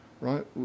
right